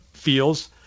feels